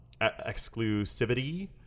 exclusivity